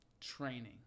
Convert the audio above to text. training